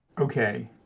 Okay